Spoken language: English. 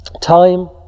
time